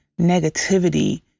negativity